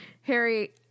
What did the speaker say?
harry